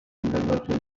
versions